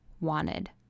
wanted